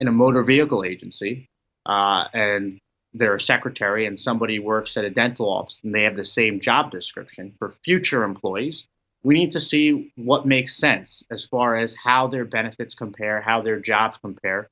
in a motor vehicle agency and there are a secretary and somebody works at a dental office and they have the same job description for future employees we need to see what makes sense as far as how their benefits compare how their jobs